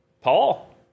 Paul